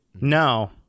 No